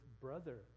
brother